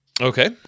Okay